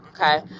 Okay